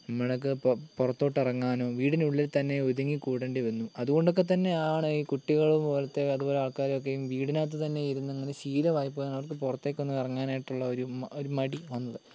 നമ്മൾക്ക് പുറത്തോട്ടിറങ്ങാനോ വീടിനുള്ളിൽ തന്നെ ഒതുങ്ങിക്കൂടണ്ടി വന്നു അതുകൊണ്ടൊക്കെത്തന്നെയാണ് ഈ കുട്ടികൾ പോലത്തെ അതുപോലെ ആൾക്കാരൊക്കെയും വീടിനകത്തു തന്നെ ഇരുന്നു അങ്ങനെ ശീലമായിപ്പോയ ആൾക്ക് പുറത്തെക്കൊന്നും ഇറങ്ങാനായിട്ടുള്ള ഒരു മടി വന്നത്